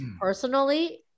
personally